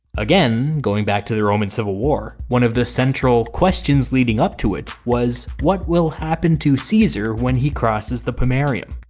again, going back to the roman civil war, one of the central questions was leading up to it was what will happen to caesar when he crosses the pomerium?